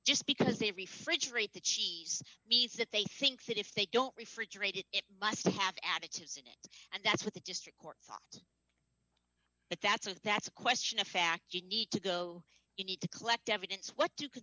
just because they refrigerate the cheese bees that they think that if they don't refrigerated it must have additives in it and that's what the district courts but that's it that's a question of fact you need to go you need to collect evidence what do co